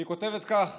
היא כותבת כך